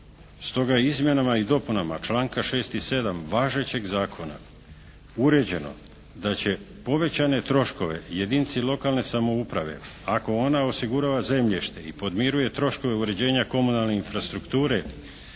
Stoga izmjenama i dopunama članka 6. i 7. važećeg zakona uređeno da će povećane troškove jedinici lokalne samouprave ako ona osigurava zemljište i podmiruje troškove uređenja komunalne infrastrukture